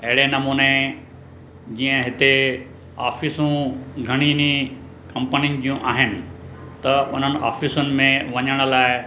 अहिड़े नमूने जीअं हिते ऑफ़िसूं घणियुनि कंपनियुनि जूं आहिनि त उन्हनि ऑफ़िसुनि में वञण लाइ